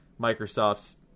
Microsoft's